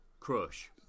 Crush